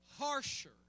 harsher